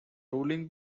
ruling